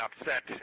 upset